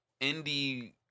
indie